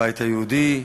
הבית היהודי,